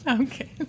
Okay